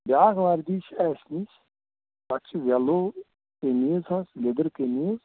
بیٛاکھ وَردی چھِ اَسہِ نِش تَتھ چھِ یَلو قمیٖض حظ لیٚدر قمیٖض